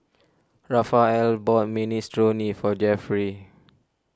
Raphael bought Minestrone for Jeffrey